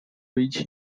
为期